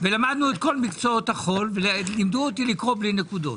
ולמדנו את כל מקצועות החול ולימדו אותי לקרוא בלי נקודות.